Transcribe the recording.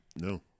No